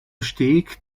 steg